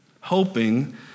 hoping